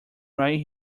right